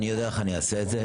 אני יודע איך אני אעשה את זה.